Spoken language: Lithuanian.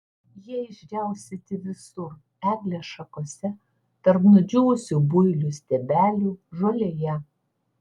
jie išdžiaustyti visur eglės šakose tarp nudžiūvusių builių stiebelių žolėje